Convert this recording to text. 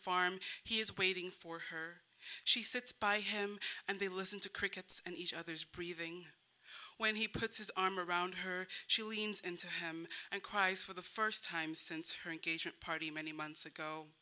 farm he is waiting for her she sits by him and they listen to crickets and each other is breathing when he puts his arm around her she leans into him and cries for the first time since her engagement party many months ago